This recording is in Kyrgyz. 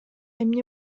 эмне